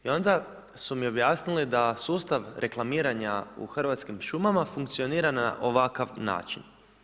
I onda su mi objasnili da sustav reklamiranja u Hrvatskim šumama funkcionira na ovakav način.